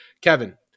Kevin